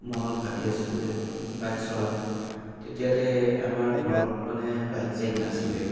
মনত ভাবি আছিলোঁ যে বাইক চলাম তেতিয়াতে আমাৰ ঘৰত মানে বাইক চাইক নাছিলে